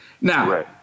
Now